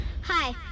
Hi